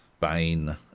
Bane